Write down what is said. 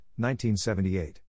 1978